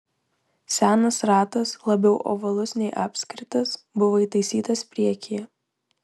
senas ratas labiau ovalus nei apskritas buvo įtaisytas priekyje